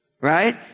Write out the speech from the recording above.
Right